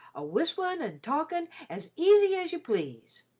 a-whistling and talking as easy as you please!